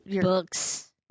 books